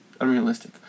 unrealistic